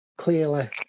Clearly